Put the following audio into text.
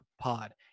Pod